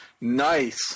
Nice